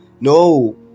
No